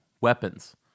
weapons